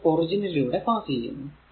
അത് ഒറിജിൻ ലൂടെ പാസ് ചെയ്യുന്നു